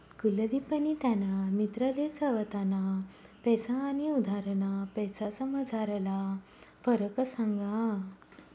कुलदिपनी त्याना मित्रले स्वताना पैसा आनी उधारना पैसासमझारला फरक सांगा